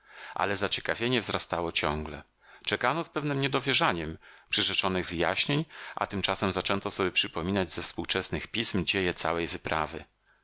ale zaciekawienie wzrastało ciągle czekano z pewnem niedowierzaniem przyrzeczonych wyjaśnień a tymczasem zaczęto sobie przypominać ze współczesnych pism dzieje całej wyprawy